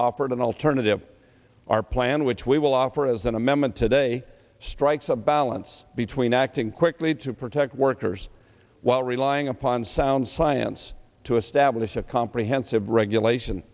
offered an alternative our plan which we will offer as an amendment today strikes a balance between acting quickly to protect workers while rely upon sound science to establish a comprehensive regulation